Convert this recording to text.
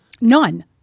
None